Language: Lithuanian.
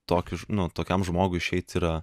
tokius nu tokiam žmogui išeit yra